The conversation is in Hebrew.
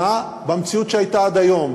15 שנה, במציאות שהייתה עד היום.